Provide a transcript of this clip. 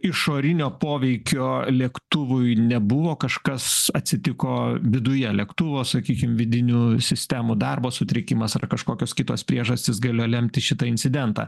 išorinio poveikio lėktuvui nebuvo kažkas atsitiko viduje lėktuvo sakykim vidinių sistemų darbo sutrikimas ar kažkokios kitos priežastys galėjo lemti šitą incidentą